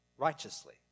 righteously